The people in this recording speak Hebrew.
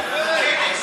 למה זה לא עובד?